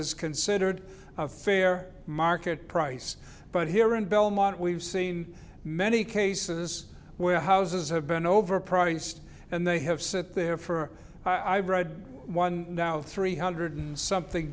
is considered fair market price but here in belmont we've seen many cases where houses have been overpriced and they have set there for i've read one now three hundred something